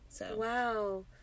Wow